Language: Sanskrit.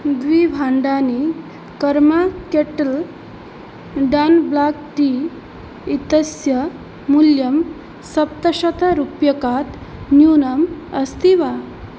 द्विभाण्डानि कर्मा केट्ट्ल् डान् ब्लाक् टी इत्यस्य मूल्यं सप्तशतरुप्यकात् न्यूनम् अस्ति वा